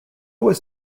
was